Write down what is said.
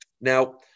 Now